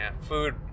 food